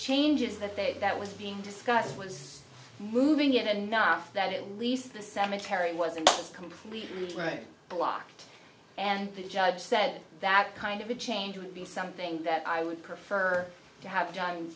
changes that day that was being discussed was moving it enough that at least the cemetery wasn't completely right block and the judge said that kind of a change would be something that i would prefer to have